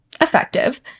effective